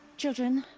children.